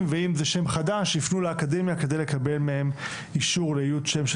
ואם זה שם חדש יפנו לאקדמיה כדי לקבל מהם אישור לאיות שם של